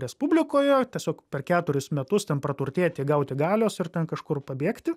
respublikoje tiesiog per keturis metus ten praturtėti gauti galios ir ten kažkur pabėgti